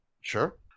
Sure